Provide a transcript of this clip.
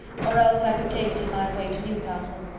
or else i could take it in my way to newcastle.